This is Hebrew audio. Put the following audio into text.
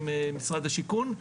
עם משרד השיכון.